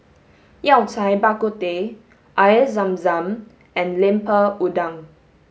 Yao Cai Bak Kut Teh Air Zam Zam and Lemper Udang